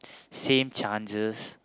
same chances